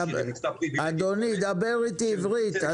אדוני, תדבר איתי עברית.